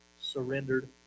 surrendered